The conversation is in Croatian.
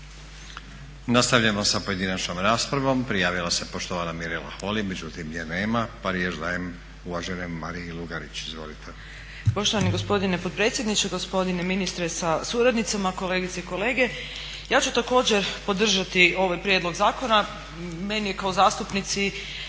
Nastavljamo sa pojedinačnom raspravom, prijavila se poštovana Mirela Holy. Međutim nje nema pa riječ dajem uvaženoj Mariji Lugarić. Izvolite. **Lugarić, Marija (SDP)** Poštovani gospodine potpredsjedniče, gospodine ministre sa suradnicima, kolegice i kolege. Ja ću također podržati ovaj prijedlog zakona. Meni je kao zastupnici